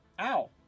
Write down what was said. Ow